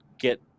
get